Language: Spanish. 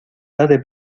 date